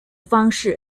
方式